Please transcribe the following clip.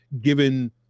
given